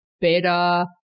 better